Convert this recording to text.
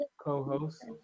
co-host